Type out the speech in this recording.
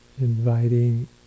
inviting